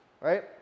right